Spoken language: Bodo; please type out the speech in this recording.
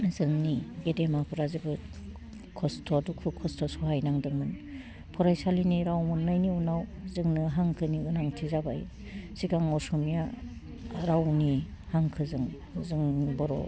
जोंनि गेदेमाफ्रा जोबोद खस्थ' दुखु खस्थ सहाय नांदोंमोन फरायसालिनि राव मोन्नायनि उनाव जोंनो हांखोनि गोनांथि जाबाय सिगां असमिया रावनि हांखोजों जों बर'